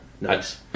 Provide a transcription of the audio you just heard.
Nice